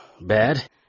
bad